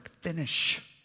finish